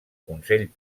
consell